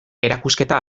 erakusketa